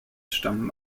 stammen